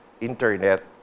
internet